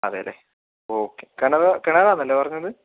അതെ അല്ലെ ഓക്കെ കിണർ കിണറാന്നല്ലേ പറഞ്ഞത്